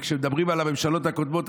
אבל כשמדברים על הממשלות הקודמות,